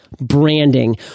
branding